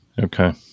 okay